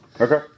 Okay